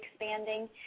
expanding